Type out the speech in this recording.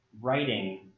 writing